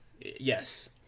Yes